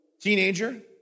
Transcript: Teenager